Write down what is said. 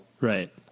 Right